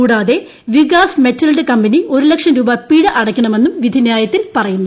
കൂടാതെ Vikas metals company ഒരു ലക്ഷം രൂപ പിഴ അടയ്ക്കണമെന്നും വിധിന്യായത്തിൽ പറയുന്നു